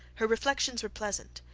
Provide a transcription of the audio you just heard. her reflections were pleasant,